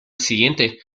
siguiente